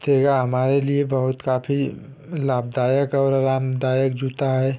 सेगा हमारे लिए बहुत काफ़ी लाभदायक और आरामदायक जूता है